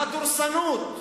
והדורסנות